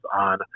on